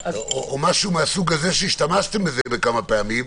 משהו מהסוג הזה, שהשתמשתם בזה כמה פעמים,